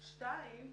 שניים,